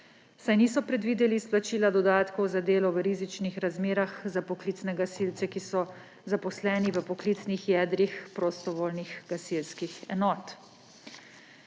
saj niso predvideli izplačila dodatkov za delo v rizičnih razmerah za poklicne gasilce, ki so zaposleni v poklicnih jedrih prostovoljnih gasilskih enot.